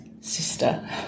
sister